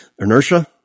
Inertia